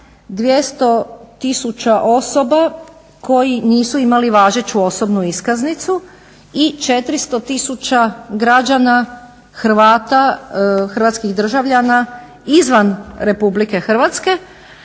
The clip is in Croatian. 200 000 osoba koji nisu imali važeću osobnu iskaznicu i 400 000 građana Hrvata, hrvatskih državljana izvan Republike Hrvatske.